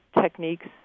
techniques